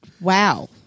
wow